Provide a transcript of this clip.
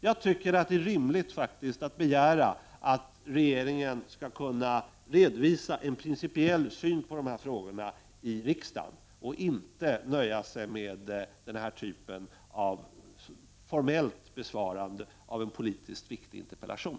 Jag tycker att det är rimligt att begära att regeringen skall kunna redovisa en principiell syn på dessa frågor i riksdagen och inte nöja sig med denna typ av formellt besvarande av en politiskt viktig interpellation.